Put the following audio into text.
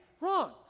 Wrong